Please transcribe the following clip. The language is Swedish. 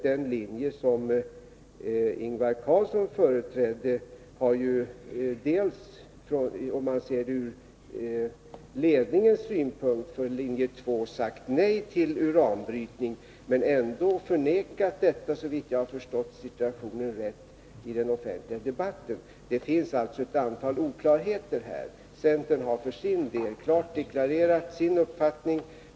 Den linje som Ingvar Carlsson företrädde har ju dels — det var ju ledningens för linje 2 ståndpunkt — sagt nej till uranbrytning, dels förnekat detta i den offentliga debatten, såvitt jag har förstått situationen rätt. Det finns alltså ett antal oklarheter här. Centern har för sin del klart deklarerat sin uppfattning.